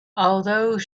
although